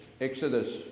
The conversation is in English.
Exodus